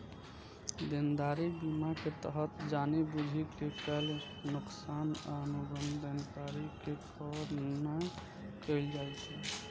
देनदारी बीमा के तहत जानि बूझि के कैल नोकसान आ अनुबंध देनदारी के कवर नै कैल जाइ छै